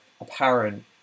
apparent